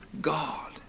God